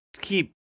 keep